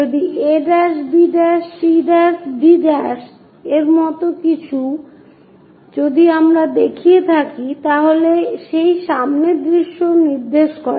যদি a b c d এর মতো কিছু যদি আমরা দেখিয়ে থাকি তাহলে সেই সামনের দৃশ্য নির্দেশ করে